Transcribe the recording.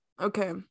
okay